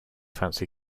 fancy